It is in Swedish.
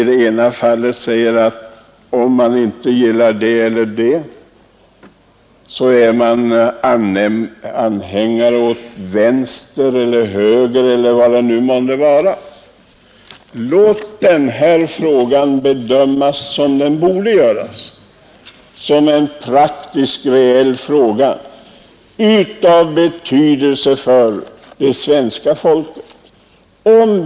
Det har sagts att om man inte gillar det eller det så är man anhängare åt vänster eller åt höger eller vad det nu må vara. Bedöm denna fråga som den bör bedömas — som en praktisk, reell fråga av betydelse för det svenska folket!